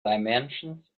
dimensions